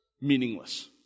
meaningless